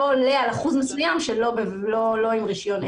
לא עולה על אחוז מסוים שלא עם רישיון עסק.